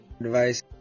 Advice